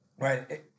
Right